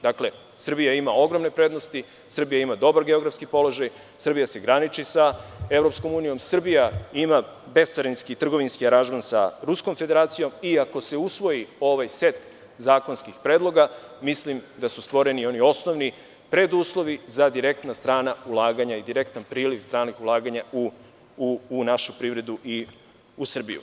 Dakle, Srbija ima ogromne prednosti, Srbija ima dobar geografski položaj, Srbija se graniči sa EU, Srbija ima bescarinski trgovinski aranžman sa Ruskom federacijom i, ako se usvoji ovaj set zakonskih predloga, mislim da su stvoreni oni osnovni preduslovi za direktna strana ulaganja i direktan priliv stranih ulaganja u našu privredu i u Srbiju.